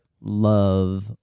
Love